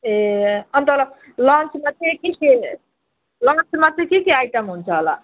ए अन्त ल लन्चमा चाहिँ के के वान अफ् द मासु के के आइटम हुन्छ होला